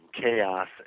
chaos